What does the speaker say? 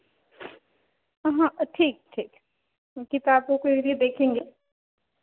हाँ ठीक ठीक किताबों का एरिया देखेंगे